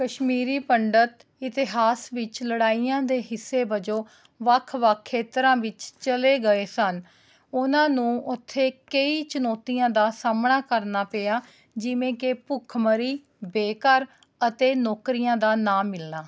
ਕਸ਼ਮੀਰੀ ਪੰਡਿਤ ਇਤਿਹਾਸ ਵਿੱਚ ਲੜਾਈਆਂ ਦੇ ਹਿੱਸੇ ਵਜੋਂ ਵੱਖ ਵੱਖ ਖੇਤਰਾਂ ਵਿੱਚ ਚਲੇ ਗਏ ਸਨ ਉਹਨਾਂ ਨੂੰ ਉੱਥੇ ਕਈ ਚੁਣੋਤੀਆਂ ਦਾ ਸਾਹਮਣਾ ਕਰਨਾ ਪਿਆ ਜਿਵੇਂ ਕਿ ਭੁੱਖਮਰੀ ਬੇਘਰ ਅਤੇ ਨੌਕਰੀਆਂ ਦਾ ਨਾ ਮਿਲਣਾ